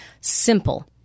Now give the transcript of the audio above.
simple